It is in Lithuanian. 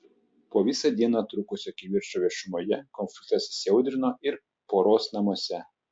po visą dieną trukusio kivirčo viešumoje konfliktas įsiaudrino ir poros namuose